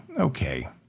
Okay